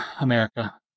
America